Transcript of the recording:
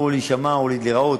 או להישמע או להיראות